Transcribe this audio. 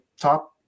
top